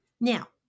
Now